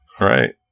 Right